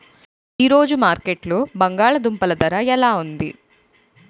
ఈ రోజు మార్కెట్లో బంగాళ దుంపలు ధర ఎలా ఉంది?